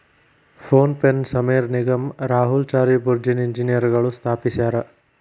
phone ಪೆನ ಸಮೇರ್ ನಿಗಮ್ ರಾಹುಲ್ ಚಾರಿ ಬುರ್ಜಿನ್ ಇಂಜಿನಿಯರ್ಗಳು ಸ್ಥಾಪಿಸ್ಯರಾ